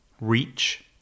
reach